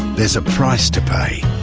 there's a price to pay.